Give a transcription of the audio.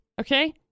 okay